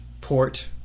port